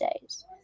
days